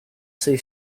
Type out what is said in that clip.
sei